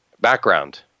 background